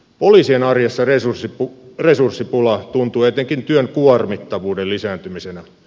poliisien arjessa resurssipula tuntuu etenkin työn kuormittavuuden lisääntymisenä